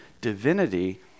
divinity